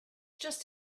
just